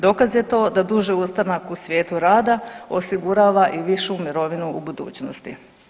Dokaz je to da duži ostanak u svijetu rada osigurava i višu mirovinu u budućnosti.